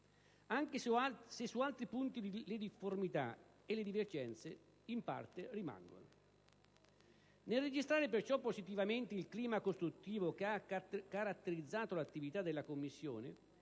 anche se su altri punti le difformità e le divergenze in parte rimangono. Nel registrare perciò positivamente il clima costruttivo che ha caratterizzato l'attività della Commissione,